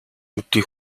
өдий